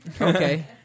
Okay